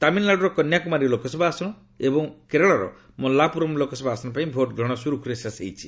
ତାମିଲନାଡୁର କନ୍ୟାକୁମାରୀ ଲୋକସଭା ଆସନ ଏବଂ କେରଳର ମଲାପୁରମ୍ ଲୋକସଭା ଆସନ ପାଇଁ ଭୋଟ୍ ଗ୍ରହଣ ସୁରୁଖୁରୁରେ ଶେଷ ହୋଇଛି